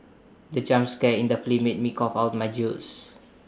the jump scare in the film made me cough out my juice